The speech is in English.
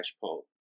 poll